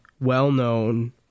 well-known